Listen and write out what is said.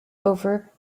over